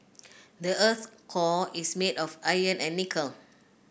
the earth's core is made of iron and nickel